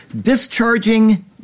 Discharging